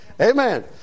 Amen